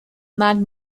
mad